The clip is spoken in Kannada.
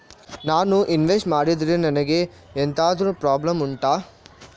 ನಾನು ಇನ್ವೆಸ್ಟ್ ಮಾಡಿದ್ರೆ ನನಗೆ ಎಂತಾದ್ರು ಪ್ರಾಬ್ಲಮ್ ಉಂಟಾ